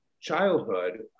Childhood